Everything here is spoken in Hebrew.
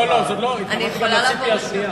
לא, זו לא היא, התכוונתי גם לציפי השנייה.